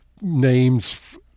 names